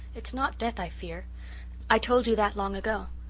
it's not death i fear i told you that long ago.